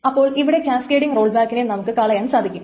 അപ്പോൾ ഇവിടെ cascading roll ബാക്കിനെ നമുക്ക് കളയാൻ സാധിക്കും